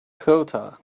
ceuta